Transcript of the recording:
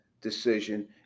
decision